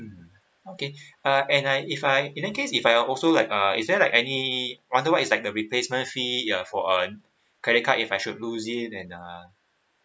okay uh and I if I in that case if I also like uh is there like any wonder what is like the replacement fee ya for an credit card if I should lost it and uh